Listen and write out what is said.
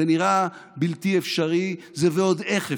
זה נראה בלתי אפשרי, זה ועוד איך אפשרי.